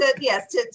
Yes